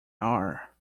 are